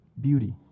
beauty